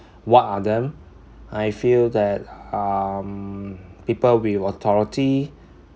what are them I feel that um people with authority